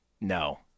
no